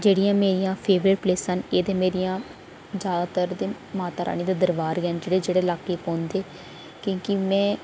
जेह्डियां मेरियां फेवरेट प्लेसां न ते एह् ते मेरियां जैदातर ते माता रानी दे दरबार गै न जेह्ड़े जेह्ड़े लाकें च पौंदे